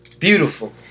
Beautiful